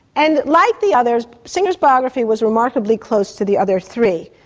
and like the others, singer's biography was remarkably close to the other three.